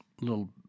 little